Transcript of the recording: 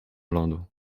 lodu